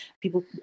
people